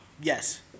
Yes